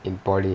in polytechnic